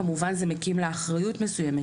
כמובן זה מקים לה אחריות מסוימת.